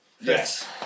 Yes